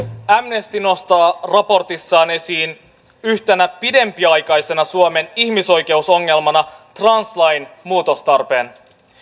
amnesty nostaa raportissaan esiin yhtenä pidempiaikaisena suomen ihmisoikeusongelmana translain muutostarpeen